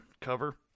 cover